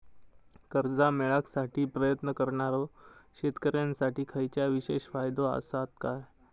कर्जा मेळाकसाठी प्रयत्न करणारो शेतकऱ्यांसाठी खयच्या विशेष फायदो असात काय?